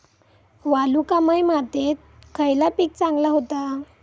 वालुकामय मातयेत खयला पीक चांगला होता?